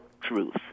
truth